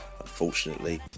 unfortunately